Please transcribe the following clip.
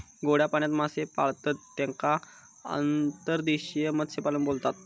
गोड्या पाण्यात मासे पाळतत तेका अंतर्देशीय मत्स्यपालन बोलतत